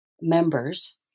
members